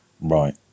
Right